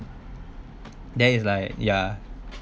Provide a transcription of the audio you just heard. then is like ya